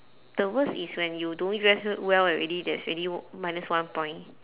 the worst is when you don't dress w~ well already that's already minus one point